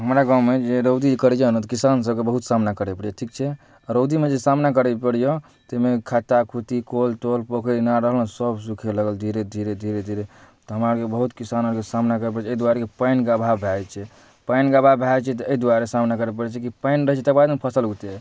हमरा गाममे जे रौदी करैए ने तऽ किसानसभके बहुत सामना करऽ पड़ै छै ठीक छै रौदीमे जे सामना करऽ पड़ैए ताहिमे खत्ता खुत्ती कल तल पोखरि इनार आओर सब सुखै लागल धीरे धीरे धीरे धीरे तऽ हमरा आओरके बहुत किसान आओरके बहुत सामना करऽ पड़ै छै एहि दुआरे कि पानिके अभाव भऽ जाइ छै पानिके अभाव भऽ जाइ छै तऽ एहि दुआरे सामना करऽ पड़ै छै कि पानि रहै छै तकर बाद ने फसिल उगतै